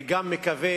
אני גם מקווה